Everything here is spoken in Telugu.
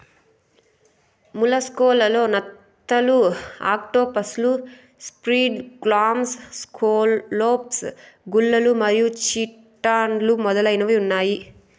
మొలస్క్ లలో నత్తలు, ఆక్టోపస్లు, స్క్విడ్, క్లామ్స్, స్కాలోప్స్, గుల్లలు మరియు చిటాన్లు మొదలైనవి ఉన్నాయి